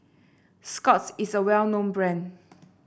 Scott's is a well known brand